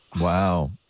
Wow